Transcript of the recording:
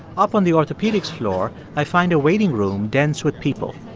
up on the orthopaedics floor, i find a waiting room dense with people.